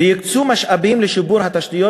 ויוקצו משאבים לשיפור התשתיות,